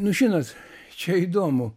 nu žinkot čia įdomu